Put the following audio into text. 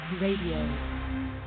Radio